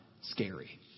scary